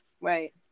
Right